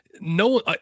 No